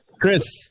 Chris